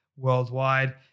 worldwide